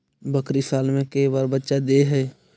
बकरी साल मे के बार बच्चा दे है?